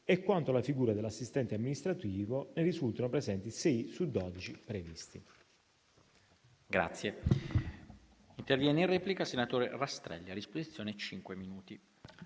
Quanto alla figura dell'assistente amministrativo, risultano presenti 6 unità sulle 12 previste.